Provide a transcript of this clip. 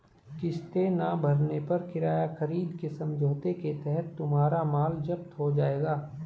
किस्तें ना भरने पर किराया खरीद के समझौते के तहत तुम्हारा माल जप्त हो जाएगा